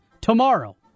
tomorrow